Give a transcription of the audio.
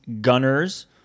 gunners